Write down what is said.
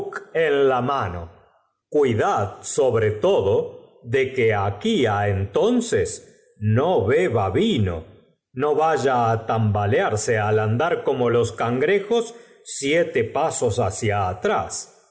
en la mano cuidad sobre todo de que de aqui a en ton ces no beba vino no vaya á suyas se hablan basta entonces cumplido tambalearse al andar como jos cangre y que alguna había de realizarse puesto jos s iete pasos hacia atrás